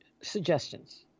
suggestions